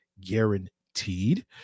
guaranteed